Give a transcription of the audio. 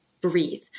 breathe